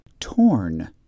torn